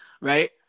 right